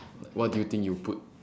what do you think you'll put